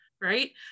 right